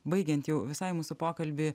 baigiant jau visai mūsų pokalbį